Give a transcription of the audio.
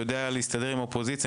שיודע להסתדר עם האופוזיציה,